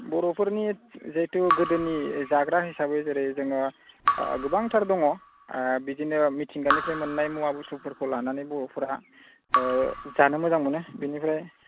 बर'फोरनि जिहेथु गोदोनि जाग्रा हिसाबै जेरै जोंहा गोबांथार दङ ओ बिदिनो मिथिंगानिफ्राय मोननाय मुवा बुस्थुफोरखौ लानानै बर'फ्रा ओ जानो मोजां मोनो बेनिफ्राय